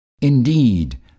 Indeed